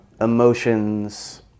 emotions